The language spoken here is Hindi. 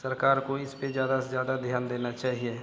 सरकार को इसपर ज़्यादा से ज़्यादा ध्यान देना चाहिए